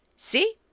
See